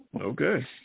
Okay